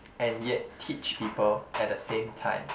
and yet teach people at the same time